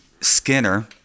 Skinner